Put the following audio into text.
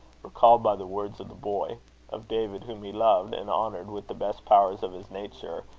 recalled by the words of the boy of david, whom he loved and honoured with the best powers of his nature,